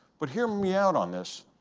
but hear me out on this.